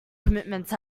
commitments